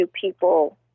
people